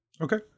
Okay